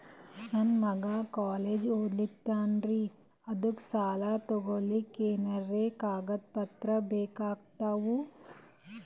ನನ್ನ ಮಗ ಕಾಲೇಜ್ ಓದತಿನಿಂತಾನ್ರಿ ಅದಕ ಸಾಲಾ ತೊಗೊಲಿಕ ಎನೆನ ಕಾಗದ ಪತ್ರ ಬೇಕಾಗ್ತಾವು?